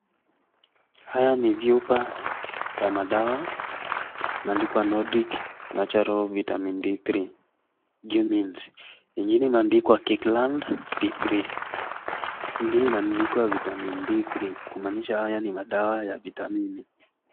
Haya ni vyupa ya madawa, imeadikwa nidik natural vitamin d three , ingine imandikqa diklan d 3 , ingine imeandikwa vitamin d 3 kumaanisha haya ni madawa ya vitamini.